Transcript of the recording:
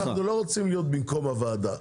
אנחנו לא רוצים להיות במקום הוועדה.